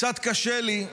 קצת קשה לי.